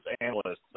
analysts